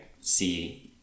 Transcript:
see